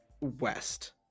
West